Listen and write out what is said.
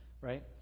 right